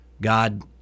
God